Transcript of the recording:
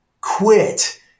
quit